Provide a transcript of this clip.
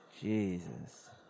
Jesus